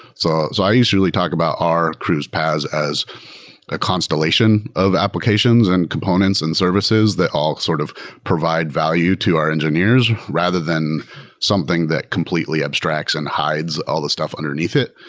so so i usually talk about our cruise paas as a constellation of applications and components and services that all sort of provide value to our engineers rather than something that completely abstracts and hides all the stuff underneath it.